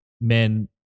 men